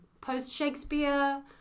post-Shakespeare